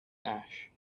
ash